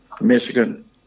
Michigan